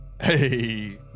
Hey